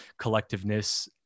collectiveness